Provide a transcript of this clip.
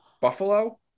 Buffalo